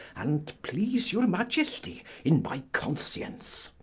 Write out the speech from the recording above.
and't please your maiesty in my conscience